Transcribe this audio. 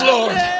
Lord